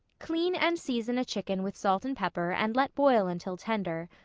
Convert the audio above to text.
clean and season a chicken with salt and pepper and let boil until tender.